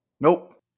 Nope